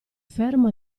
fermo